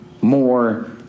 more